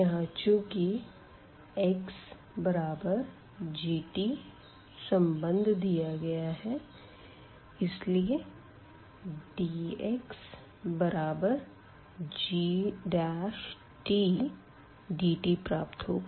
यहाँ चूँकि xg सम्बन्ध दिया गया है इसलिए dx बराबर gdt प्राप्त होगा